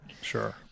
Sure